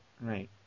right